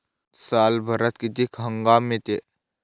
सालभरात किती हंगाम येते?